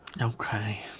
Okay